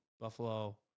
Buffalo